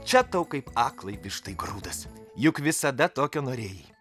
čia tau kaip aklai vištai grūdas juk visada tokio norėjai